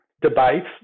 debate